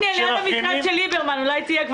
אני הולך לדבר על העניין הזה.